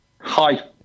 Hi